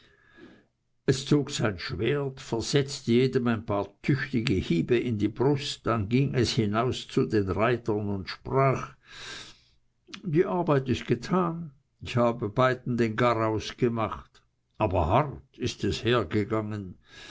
es zog sein schwert und versetzte jedem ein paar tüchtige hiebe in die brust dann ging es hinaus zu den reitern und sprach die arbeit ist getan ich habe beiden den garaus gemacht aber hart ist es hergegangen